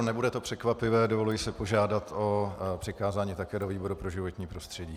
Nebude to překvapivé, dovoluji si požádat o přikázání také do výboru pro životní prostředí.